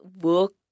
work